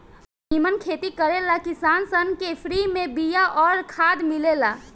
निमन खेती करे ला किसान सन के फ्री में बिया अउर खाद मिलेला